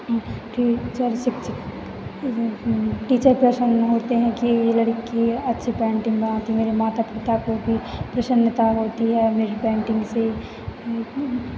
teacher शिक्षित teacher प्रसन्न होते हैं की लड़की अच्छी पेंटिंग बनाती है मेरे माता पिता को भी प्रसन्नता मिलती है मेरी पेंटिंग से